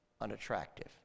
unattractive